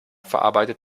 verarbeitet